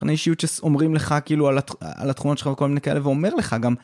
אישיות שאומרים לך כאילו, על התכונות שלך וכל מיני כאלה ואומר לך גם